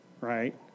right